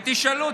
ותשאלו,